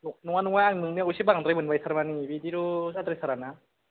नङा नङा आं नोंनियाव एसे बांद्राय मोनबाय थारमानि बिदिथ' जाद्राय थाराना